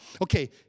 Okay